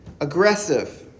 aggressive